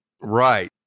Right